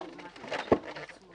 הפסקה.